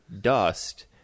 dust